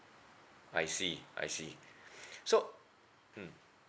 I see I see so mm